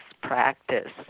practice